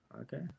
Okay